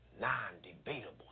non-debatable